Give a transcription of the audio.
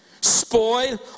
spoil